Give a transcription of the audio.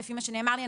לפי מה שנאמר לי,